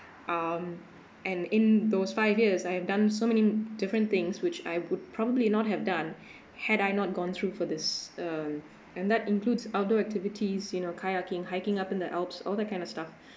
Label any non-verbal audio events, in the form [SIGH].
um and in those five years I have done so many different things which I would probably not have done [BREATH] had I not gone through for this uh and that includes outdoor activities you know kayaking hiking up in the alps all that kind of stuff